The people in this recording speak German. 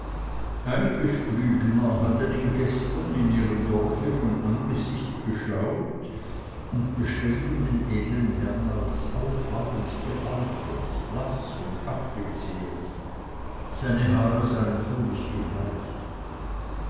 einige splügner hatten ihn gestern in ihrem dorfe von angesicht geschaut und beschrieben den edeln herrn als auffallend gealtert blaß und abgezehrt seine haare seien völlig gebleicht